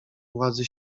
władzy